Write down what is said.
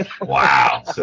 Wow